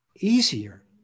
easier